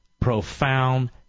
profound